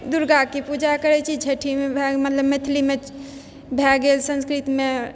दुर्गाके पूजा करै छी छठीमे भए गेल मतलब मैथिलीमे भए गेल संस्कृतमे